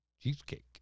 cheesecake